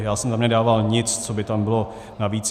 Já jsem tam nedával nic, co by tam bylo navíc.